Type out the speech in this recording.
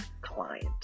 client